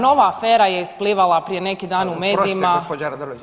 Nova afera je isplivala prije neki dan u medijima